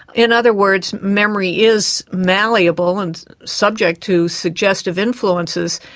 in other words memory is malleable and subject to suggestive influences,